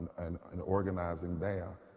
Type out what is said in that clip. and and organiz ing there.